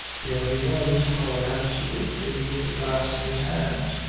there he was, caught absolutely with the glass in his hand.